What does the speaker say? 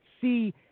see